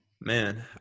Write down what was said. Man